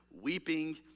weeping